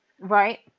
right